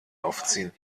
aufziehen